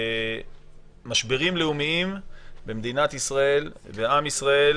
משברים לאומיים במדינת ישראל ועם ישראל